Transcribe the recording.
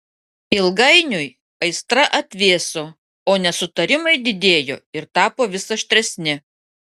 ilgainiui aistra atvėso o nesutarimai didėjo ir tapo vis aštresni